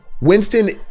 Winston